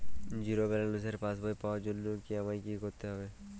Zero ব্যালেন্সের পাসবই পাওয়ার জন্য আমায় কী করতে হবে?